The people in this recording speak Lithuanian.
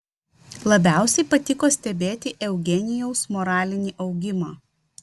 labiausiai patiko stebėti eugenijaus moralinį augimą